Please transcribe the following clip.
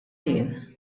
jien